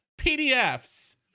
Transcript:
PDFs